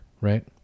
right